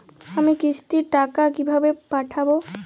আমি কিস্তির টাকা কিভাবে পাঠাব?